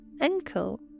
ankle